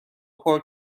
پارک